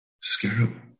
Scarab